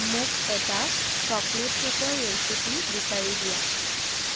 মোক এটা চ'চকলেট কে'কৰ ৰেচিপি বিচাৰি দিয়া